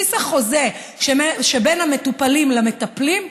בבסיס החוזה שבין המטופלים למטפלים,